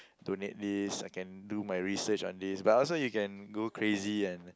donate this I can do my research on this but also you can go crazy and